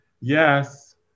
yes